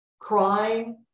crime